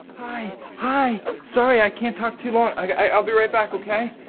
hi hi. sorry i can't talk too long. i'll be right back okay?